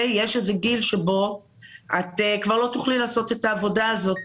יש איזה גיל שבו כבר לא תוכלי לעשות את העבודה הזאת